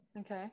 Okay